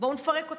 בואו נפרק אותה.